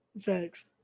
Facts